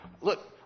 look